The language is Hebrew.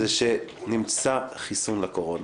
שנמצא חיסון לקורונה.